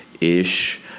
ish